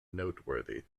noteworthy